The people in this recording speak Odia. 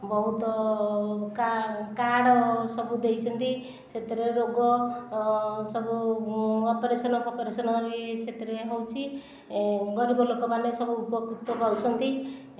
ବହୁତ କାର୍ଡ଼ ସବୁ ଦେଇଛନ୍ତି ସେଥିରେ ରୋଗ ସବୁ ଅପରେସନ ଫଫରେସନ ବି ସେଥିରେ ହେଉଛି ଗରିବ ଲୋକମାନେ ସବୁ ଉପକୃତ ପାଉଛନ୍ତି